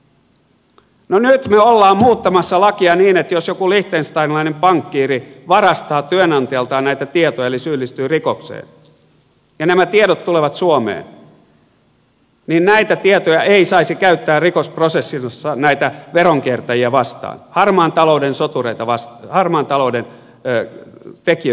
no nyt me olemme muuttamassa lakia niin että jos joku liechtensteinilainen pankkiiri varastaa työnantajaltaan näitä tietoja eli syyllistyy rikokseen ja nämä tiedot tulevat suomeen niin näitä tietoja ei saisi käyttää rikosprosessissa näitä veronkiertäjiä vastaan harmaan talouden tekijöitä vastaan